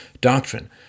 doctrine